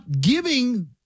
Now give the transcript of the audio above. giving